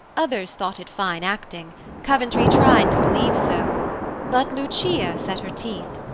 others thought it fine acting coventry tried to believe so but lucia set her teeth,